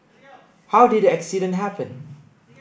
how did the accident happen